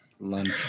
Lunch